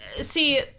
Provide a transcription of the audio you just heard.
see